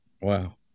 Wow